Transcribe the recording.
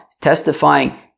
testifying